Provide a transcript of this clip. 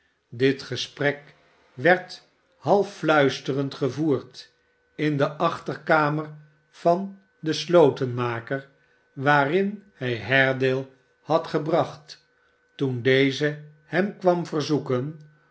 dit gesprek werd half fluisterend gevoerd in de achterkamer van den slotenmaker waarin hij haredale had gebracht toen deze hem kwam verzoeken